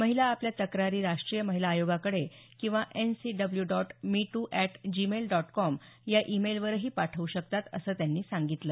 महिला आपल्या तक्रारी राष्ट्रीय महिला आयोगाकडे किंवा N C W dot me too at Gmail dot com या ई मेल वरही पाठवू शकतात असं त्यांनी सांगितलं